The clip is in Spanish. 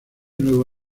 nuevo